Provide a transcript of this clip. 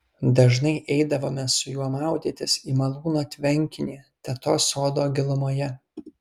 dažnai eidavome su juo maudytis į malūno tvenkinį tetos sodo gilumoje